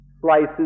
slices